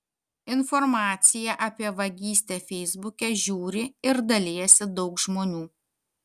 informaciją apie vagystę feisbuke žiūri ir dalijasi daug žmonių